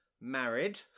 Married